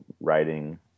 writing